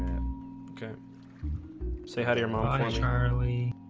okay say hi to your mom charlie.